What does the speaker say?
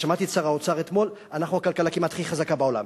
ושמעתי את שר האוצר אתמול: אנחנו הכלכלה כמעט הכי חזקה בעולם.